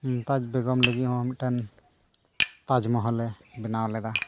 ᱢᱚᱢᱚᱛᱟᱡᱽ ᱵᱮᱜᱚᱢ ᱞᱟᱹᱜᱤᱫ ᱦᱚᱸ ᱢᱤᱫᱴᱟᱱ ᱛᱟᱡᱽᱢᱚᱦᱚᱞᱮ ᱵᱮᱱᱟᱣ ᱞᱮᱫᱟ